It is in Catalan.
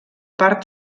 part